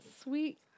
sweet